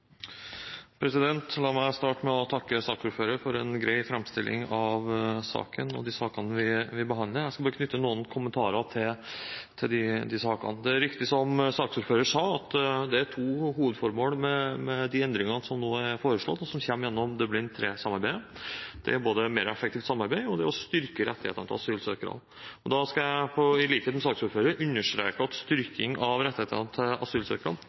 sakene vi behandler. Jeg skal bare knytte noen kommentarer til de sakene. Det er riktig, som saksordføreren sa, at det er to hovedformål med de endringene som nå er foreslått, og som kommer gjennom Dublin III-samarbeidet. Det er mer effektivt samarbeid og å styrke rettighetene til asylsøkerne. Da skal jeg i likhet med saksordføreren understreke at styrking av rettighetene til